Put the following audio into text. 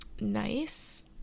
nice